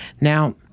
Now